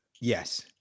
yes